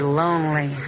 lonely